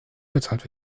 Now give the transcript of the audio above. bezahlt